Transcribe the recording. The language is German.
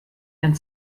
ein